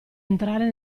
entrare